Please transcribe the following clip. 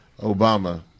Obama